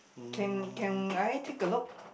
can can I take a look